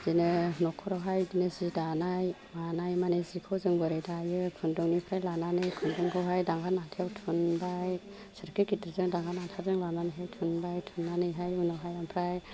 बिदिनो नखरावहाय बिदिनो जि दानाय मानाय मानि जिखौ जों बोरै दायो खुन्दुंनिफ्राय लानानैहाय खुन्दुंखौहाय दाङा नाथायाव थुनबाय सोरखि गिदिरजों दाङा नाथाजों लानानैहाय थुनबाय थुन्नानैहाय उनाव हाय आमफ्राय